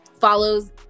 follows